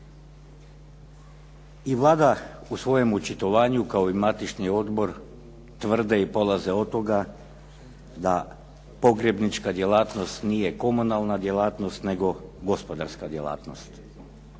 I Vlada u svojem očitovanju kao i matični odbor tvrde i polaze od toga da pogrebnička djelatnost nije komunalna djelatnost, nego gospodarska djelatnost.